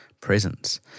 presence